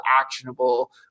actionable